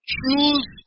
Choose